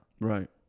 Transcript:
Right